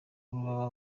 baba